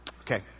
Okay